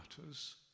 matters